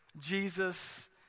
Jesus